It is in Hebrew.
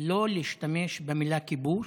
לא להשתמש במילה "כיבוש",